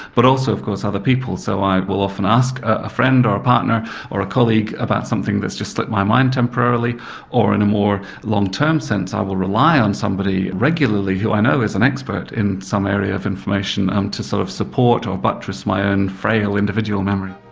but also of course other people so i will often ask a friend or a partner or a colleague about something that's just slipped my mind temporarily or in a more long term sense i will rely on somebody regularly who i know is an expert in some area of information and um to sort of support or buttress my own frail individual memory.